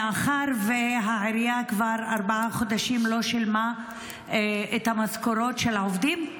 מאחר שהעירייה כבר ארבעה חודשים לא שילמה את המשכורות של העובדים,